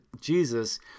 Jesus